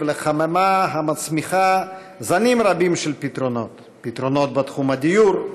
לחממה המצמיחה זנים רבים של פתרונות: פתרונות בתחום הדיור,